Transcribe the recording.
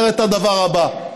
אומרת את הדבר הבא: